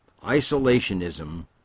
Isolationism